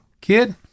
Kid